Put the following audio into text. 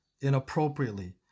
inappropriately